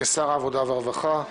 כשר העבודה והרווחה,